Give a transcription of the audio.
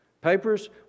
Papers